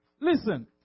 Listen